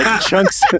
chunks